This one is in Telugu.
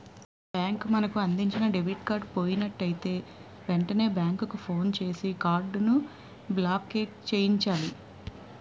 బ్యాంకు మనకు అందించిన డెబిట్ కార్డు పోయినట్లయితే వెంటనే బ్యాంకుకు ఫోన్ చేసి కార్డును బ్లాక్చేయించాలి